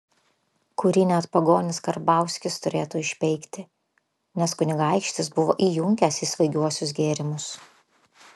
kurį net pagonis karbauskis turėtų išpeikti nes kunigaikštis buvo įjunkęs į svaigiuosius gėrimus